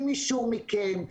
עם אישור מכם,